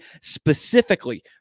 specifically